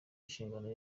nshingano